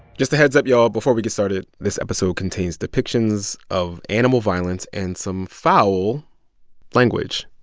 just a heads up, y'all, before we get started this episode contains depictions of animal violence and some foul language.